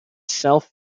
self